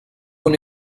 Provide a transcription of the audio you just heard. una